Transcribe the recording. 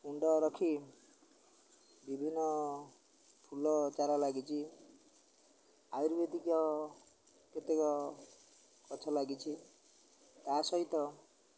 କୁଣ୍ଡ ରଖି ବିଭିନ୍ନ ଫୁଲ ଚାରା ଲାଗିଛି ଆୟୁର୍ବେଦିକ କେତେକ ଗଛ ଲାଗିଛି ତା ସହିତ